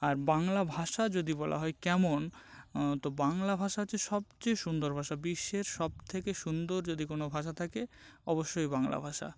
আর বাংলা ভাষা যদি বলা হয় কেমন তো বাংলা ভাষা হচ্ছে সবচেয়ে সুন্দর ভাষা বিশ্বের সবথেকে সুন্দর যদি কোনো ভাষা থাকে অবশ্যই বাংলা ভাষা